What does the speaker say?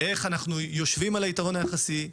איך אנחנו יושבים על היתרון היחסי,